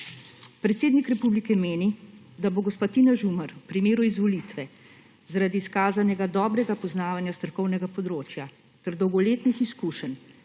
Predsednik republike meni, da bo gospa Tina Žumer v primeru izvolitve zaradi izkazanega dobrega poznavanja strokovnega področja ter dolgoletnih izkušenj